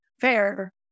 fair